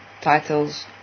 titles